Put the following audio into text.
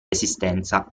esistenza